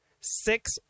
six